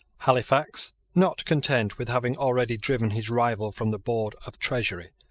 halifax, not content with having already driven his rival from the board of treasury,